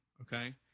okay